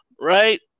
Right